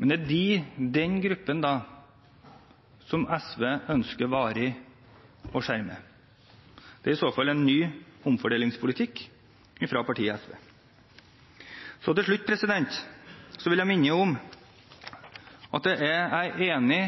Men det er den gruppen SV varig ønsker å skjerme. Det er i så fall en ny omfordelingspolitikk fra partiet SV. Til slutt vil jeg minne om at jeg er enig